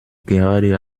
gerade